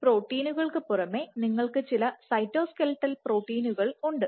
ഈ പ്രോട്ടീനുകൾക്ക് പുറമെ നിങ്ങൾക്ക് ചില സൈറ്റോസ്ക്ലെറ്റൽ പ്രോട്ടീനുകൾ ഉണ്ട്